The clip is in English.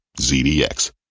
ZDX